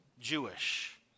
Jewish